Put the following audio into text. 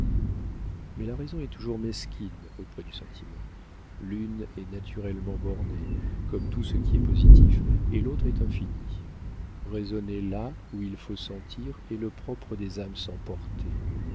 mais la raison est toujours mesquine auprès du sentiment l'une est naturellement bornée comme tout ce qui est positif et l'autre est infini raisonner là où il faut sentir est le propre des âmes